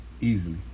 easily